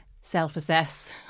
self-assess